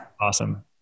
Awesome